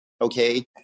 Okay